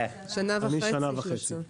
אני שנה וחצי.